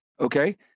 okay